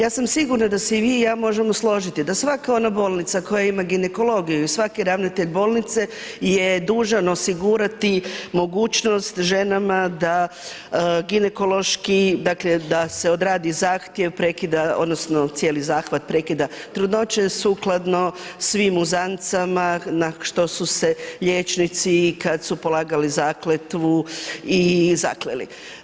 Ja sam sigurna da se i vi i ja možemo složiti, da svaka ona bolnica koja ima ginekologiju i svaki ravnatelj bolnice je dužan osigurati mogućnost ženama da ginekološki, da se odradi zahtjev prekida, odnosno cijeli zahvat prekida trudnoće sukladno svim uzancama na što su se liječnici, kad su polagali zakletvu i zakleli.